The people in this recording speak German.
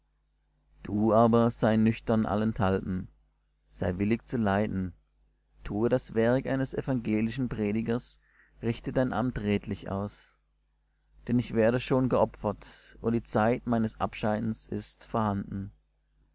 du aber sei nüchtern allenthalben sei willig zu leiden tue das werk eines evangelischen predigers richte dein amt redlich aus denn ich werde schon geopfert und die zeit meines abscheidens ist vorhanden